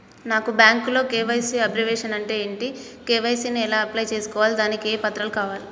నాకు బ్యాంకులో KYC abbreviation అంటే ఏంటి కే.వై.సీ ని ఎలా అప్లై చేసుకోవాలి దానికి ఏ పత్రాలు కావాలి?